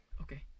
Okay